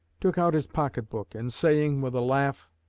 took out his pocket-book, and saying, with a laugh,